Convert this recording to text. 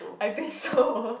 I think so